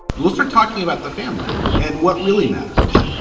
we'll start talking about the family and what really matters,